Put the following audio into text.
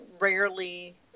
rarely